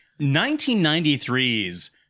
1993's